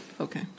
okay